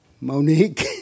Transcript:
Monique